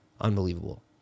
Unbelievable